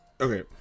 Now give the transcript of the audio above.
okay